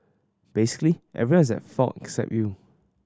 basically everyone is at fault except you